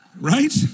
Right